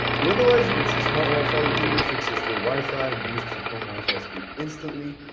but otherwise, you can see smart wifi repeater, fixes alow wifi and boost your home wifi speed instantly.